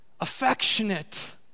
affectionate